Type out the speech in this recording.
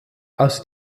aus